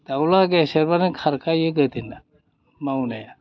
दाउला गेसेरबानो खारखायो गोदोना मावनाया